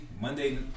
Monday